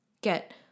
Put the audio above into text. get